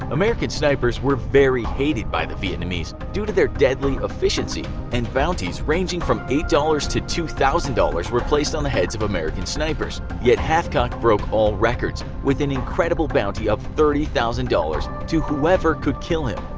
american snipers were very hated by the vietnamese due to their deadly efficiency, and bounties ranging from eight dollars to two thousand dollars were placed on the heads of american snipers. yet hathcock broke all records with an incredible bounty of thirty thousand dollars to whoever could kill him.